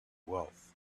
wealth